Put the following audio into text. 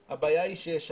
הייתי אומר שאתה צודק.